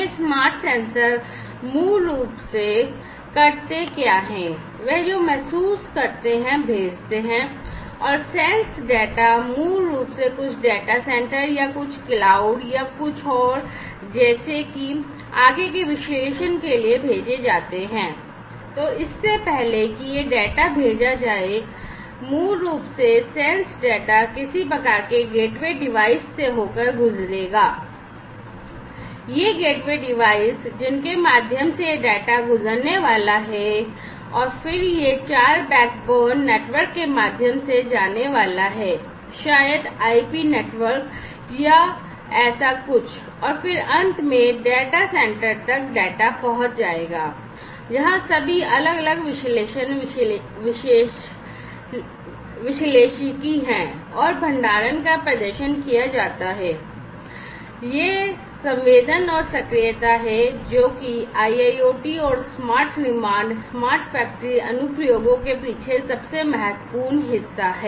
ये smart sensor मूल रूप से क्या करते हैं वह जो महसूस करते हैं भेजते हैं और सेंस है जो कि IIoT और स्मार्ट निर्माण स्मार्ट फैक्टरी अनुप्रयोगों के पीछे सबसे महत्वपूर्ण हिस्सा है